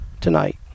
tonight